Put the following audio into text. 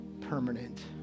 permanent